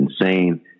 insane